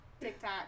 TikTok